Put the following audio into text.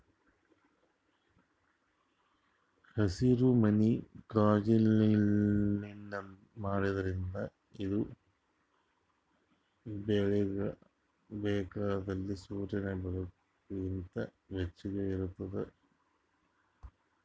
ಹಸಿರುಮನಿ ಕಾಜಿನ್ಲಿಂತ್ ಮಾಡಿದ್ರಿಂದ್ ಇದುಕ್ ಬೇಕಾಗಿದ್ ಸೂರ್ಯನ್ ಬೆಳಕು ಲಿಂತ್ ಬೆಚ್ಚುಗ್ ಇರ್ತುದ್